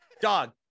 dog